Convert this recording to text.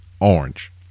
orange